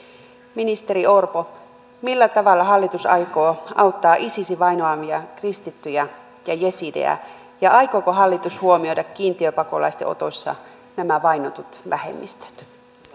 ministeri orpo millä tavalla hallitus aikoo auttaa isisin vainoamia kristittyjä ja jesidejä ja aikooko hallitus huomioida kiintiöpakolaisten otossa nämä vainotut vähemmistöt